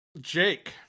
Jake